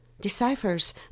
deciphers